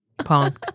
punked